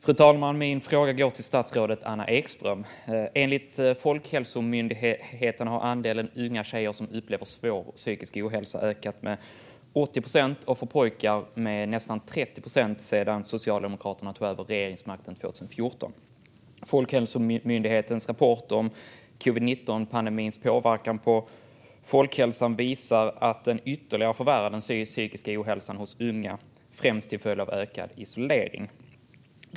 Fru talman! Min fråga går till statsrådet Anna Ekström. Enligt Folkhälsomyndigheten har andelen unga tjejer som upplever svår psykisk ohälsa ökat med 80 procent och andelen pojkar som upplever samma sak ökat med nästan 30 procent sedan Socialdemokraterna tog över regeringsmakten 2014. Folkhälsomyndighetens rapport om covid-19-pandemins påverkan på folkhälsan visar att den ytterligare förvärrat den psykiska ohälsan hos unga, främst till följd av ökad isolering.